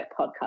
podcast